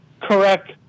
correct